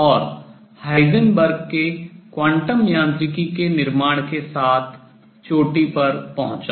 और हाइजेनबर्ग के क्वांटम यांत्रिकी के निर्माण के साथ चोटी पर पहुंचा